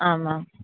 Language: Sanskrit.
आमां